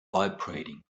vibrating